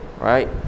right